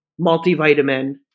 multivitamin